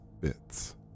bits